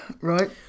right